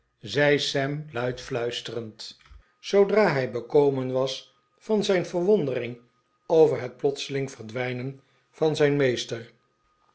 zei sam luid fluisterend zoodra hij bekomen was van zijn verwondering over het plotselinge verdwijnen van zijn meester